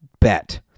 bet